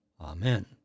Amen